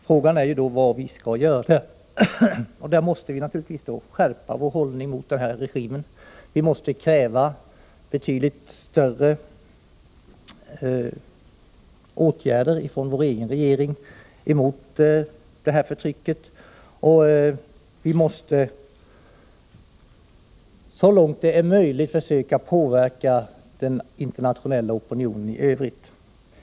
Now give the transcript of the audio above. Frågan är då vad vi skall göra. Vi måste naturligtvis skärpa vår hållning mot denna regim. Vi måste kräva betydligt kraftigare åtgärder från vår egen regering mot detta förtryck. Vi måste så långt möjligt försöka påverka den internationella opinionen i övrigt.